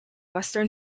western